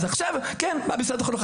אז עכשיו בא משרד החינוך,